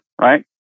right